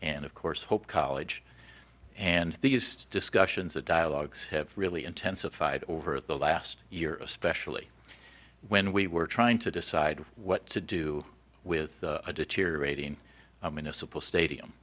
and of course hope college and these discussions the dialogues have really intensified over the last year especially when we were trying to decide what to do with a deteriorating i mean a simple stadium